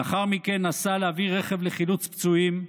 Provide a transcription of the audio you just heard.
לאחר מכן נסע להביא רכב לחילוץ פצועים.